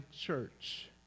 church